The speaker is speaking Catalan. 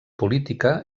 política